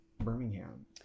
Birmingham